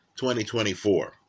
2024